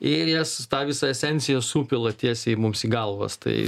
ir jas tą visa esenciją supila tiesiai mums į galvas tai